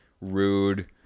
rude